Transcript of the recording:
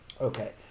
Okay